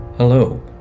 Hello